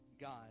God